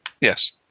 Yes